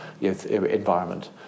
environment